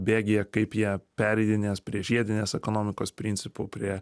bėgyje kaip jie pereidinės prie žiedinės ekonomikos principų prie